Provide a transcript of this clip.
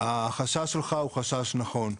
הוא חשש נכון.